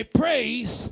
praise